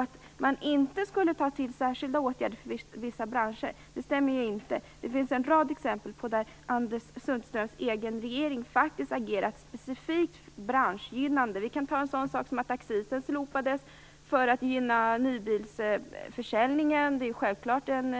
Att man inte skulle ta till särskilda åtgärder för vissa branscher stämmer inte. Det finns en rad exempel på att Anders Sundströms egen regering faktiskt har agerat specifikt branschgynnande. Bilaccisen exempelvis slopades för att gynna nybilsförsäljningen. Det är självklart en